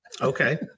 Okay